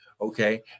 Okay